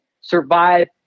survive